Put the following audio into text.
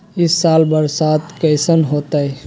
ई साल बरसात कैसन होतय?